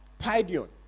Pideon